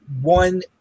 one